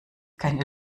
keine